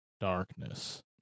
darkness